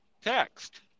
text